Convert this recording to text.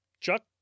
Chuck